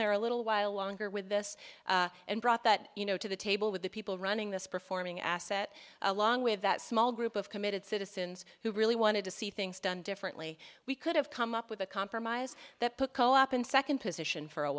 there a little while longer with this and brought that you know to the table with the people running this performing asset along with that small group of committed citizens who really wanted to see things done differently we could have come up with a compromise that put co op in second position for a